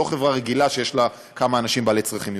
לא חברה רגילה שיש בה כמה אנשים בעלי צרכים מיוחדים.